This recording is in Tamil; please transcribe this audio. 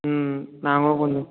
ம் நாம் கொஞ்சம்